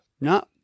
No